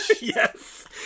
yes